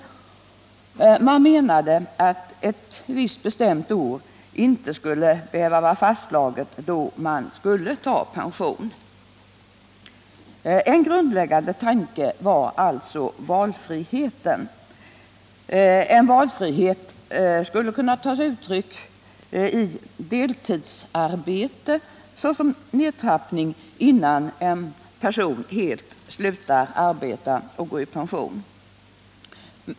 Gruppen menade att ett visst bestämt år då man skulle ta ut pension inte behövde vara fastslaget. En grundläggande tanke var alltså valfriheten, som skulle ta sig uttryck i deltidsarbete såsom nedtrappning innan en person helt slutar arbeta och går i pension.